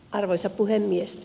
arvoisa puhemies